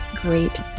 great